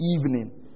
evening